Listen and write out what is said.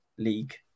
League